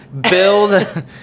build